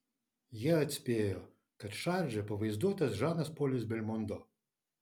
jie atspėjo kad šarže pavaizduotas žanas polis belmondo